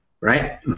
right